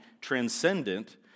transcendent